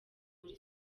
muri